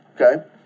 okay